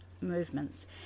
movements